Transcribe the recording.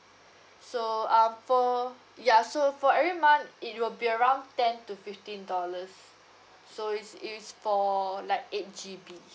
so um for ya so for every month it will be around ten to fifteen dollars so is is for like eight G_B